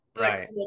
Right